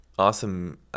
awesome